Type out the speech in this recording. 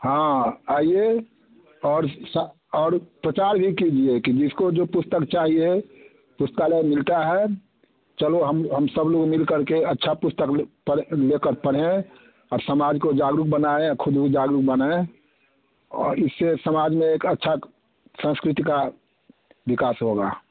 हाँ आइए और सा और प्रचार भी कीजिए कि जिसको जो पुस्तक चाहिए पुस्तकालय मिलता है चलो हम हम सब लोग मिलकर के अच्छा पुस्तक पढ़ लेकर पढ़ें और समाज को जागरूक बनाए या खुद भी जागरुक बनें और इससे समाज में एक अच्छा संस्कृति का विकास होगा